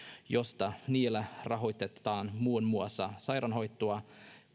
josta niillä rahoitetaan muun muassa sairaanhoitoa